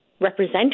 represent